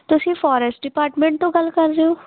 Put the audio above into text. ਤੁਸੀਂ forest department ਤੋਂ ਗੱਲ ਕਰਦੇ ਹੋ